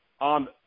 on